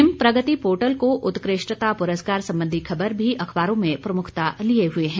him Pragati portal को उत्कृष्टता पुरस्कार संबंधी खबर भी अखबारों में प्रमुखता लिए हुए है